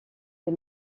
des